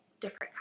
different